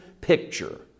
picture